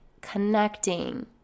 connecting